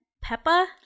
Peppa